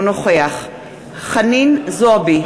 אינו נוכח חנין זועבי,